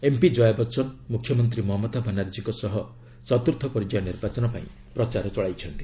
MP Jaya Bachchan ମୁଖ୍ୟମନ୍ତ୍ରୀ ମମତା ବାନାର୍ଜୀଙ୍କ ସହ ଚତୁର୍ଥ ପର୍ଯ୍ୟାୟ ନିର୍ବାଚନ ପାଇଁ ପ୍ରଚାର ଚଳାଇଛନ୍ତି